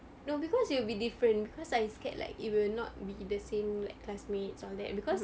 no because it will be different because I scared like it you will not be the same like classmates all that because